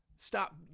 Stop